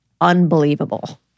unbelievable